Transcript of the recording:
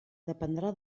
dependrà